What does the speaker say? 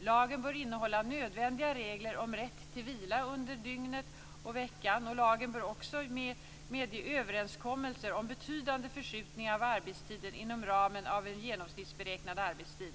Lagen bör innehålla nödvändiga regler om rätt till vila under dygnet och veckan. Lagen bör sålunda medge överenskommelser om betydande förskjutningar av arbetstiden inom ramen av en genomsnittsberäknad arbetstid.